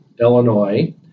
Illinois